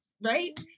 Right